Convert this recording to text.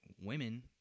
women